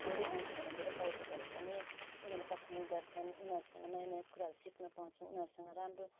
फेरि आउँछु भनेर धेरै पर्यटकहरू पनि उनीहरूले पठाउने गर्छन् उनीहरूसँग नयाँ नयाँ कुराहरू सिक्न पाउँछौँ उनीहरूसँग राम्रो